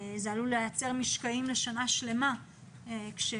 זה עלול לייצר משקעים לשנה שלמה כשמורה